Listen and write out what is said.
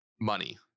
Money